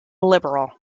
liberal